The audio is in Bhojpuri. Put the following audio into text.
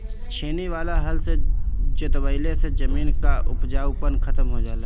छेनी वाला हल से जोतवईले से जमीन कअ उपजाऊपन खतम हो जाला